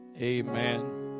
amen